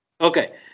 Okay